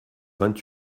vingt